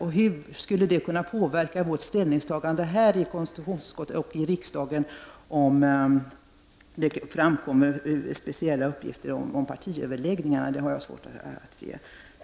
Hur skulle det kunna påverka vårt ställningstagande i konstitutionsutskottet och här i kammaren om det framkom speciella uppgifter om partiöverläggningarna. Det har jag svårt att se.